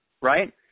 right